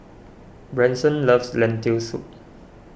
Branson loves Lentil Soup